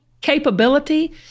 capability